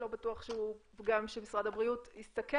שלא בטוח שהוא פגם שמשרד הבריאות הסתכל